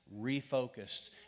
refocused